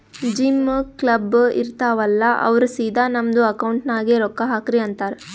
gym, club, ಇರ್ತಾವ್ ಅಲ್ಲಾ ಅವ್ರ ಸಿದಾ ನಮ್ದು ಅಕೌಂಟ್ ನಾಗೆ ರೊಕ್ಕಾ ಹಾಕ್ರಿ ಅಂತಾರ್